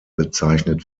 bezeichnet